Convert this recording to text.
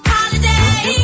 Holiday